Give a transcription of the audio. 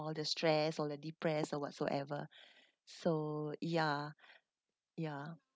all the stress all the depress or whatsoever so ya ya